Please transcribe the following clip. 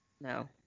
No